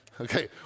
Okay